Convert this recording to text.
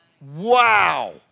Wow